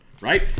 Right